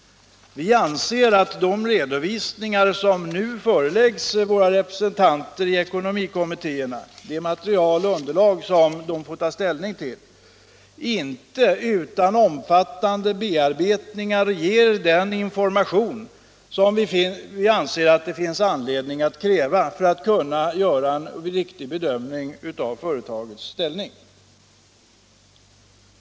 Vi anser att de redovisningar som nu föreläggs våra representanter i ekonomikommittéerna, det material och underlag som de får ta ställning till, inte utan omfattande bearbetningar ger den information som vi anser att det finns anledning att kräva för att kunna göra en riktig bedömning av företagets ställning.